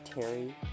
Terry